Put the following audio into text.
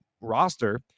roster